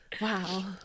wow